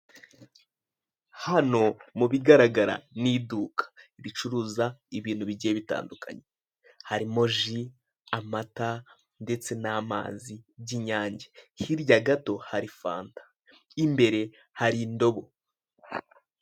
Hano mubigaragara n'iduka ricuruza ibintu bigiye bitandukanye harimo ji ,amata ndetse n'amazi by'inyange , hirya gato hari fanta , imbere hari indobo .